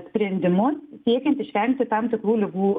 sprendimus siekiant išvengti tam tikrų ligų